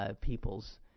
people's